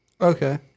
Okay